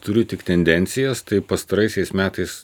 turiu tik tendencijas tai pastaraisiais metais